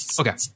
Okay